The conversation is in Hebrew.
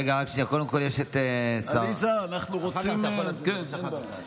רגע, רק שנייה, קודם כול יש את גדעון סער.